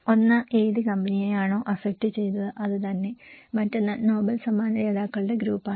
ഒന്ന് ഏതു കമ്പനിയെയാണോ അഫക്ട് ചെയ്തത് അത് തന്നെ മറ്റൊന്ന് നൊബേൽ സമ്മാന ജേതാക്കളുടെ ഗ്രൂപ്പാണ്